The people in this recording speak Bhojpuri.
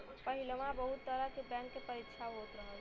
पहिलवा बहुत तरह के बैंक के परीक्षा होत रहल